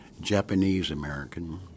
Japanese-American